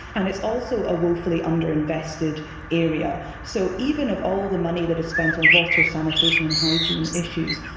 and it's also a woefully underinvested area. so even if all the money that is spent on water sanitation and hygiene issues,